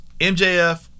MJF